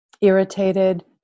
irritated